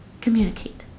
communicate